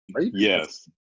yes